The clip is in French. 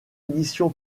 édition